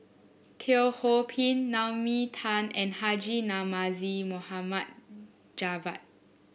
Teo Ho Pin Naomi Tan and Haji Namazie Mohd Javad